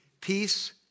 peace